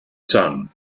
son